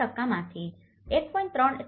3 માંથી ૧